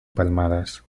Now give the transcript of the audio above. palmadas